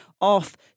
off